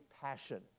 passion